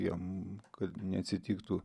jam kad neatsitiktų